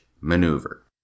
maneuver